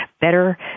better